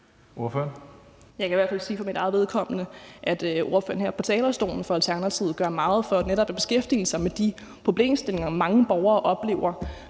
Jeg kan i hvert fald for mit eget vedkommende sige, at ordføreren for Alternativet her på talerstolen gør meget for netop at beskæftige sig med de problemstillinger, mange borgere oplever,